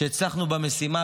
שהצלחנו במשימה,